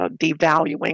devaluing